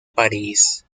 parís